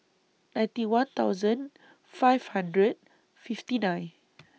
ninety one thousand five hundred fifty nine